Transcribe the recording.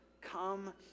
Come